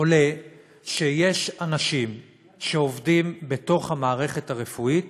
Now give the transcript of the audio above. עולה שיש אנשים שעובדים בתוך המערכת הרפואית